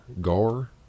gar